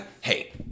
hey